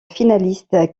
finaliste